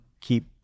keep